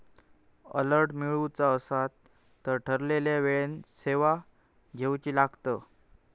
alert मिळवुचा असात तर ठरवलेल्या वेळेन सेवा घेउची लागात